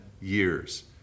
years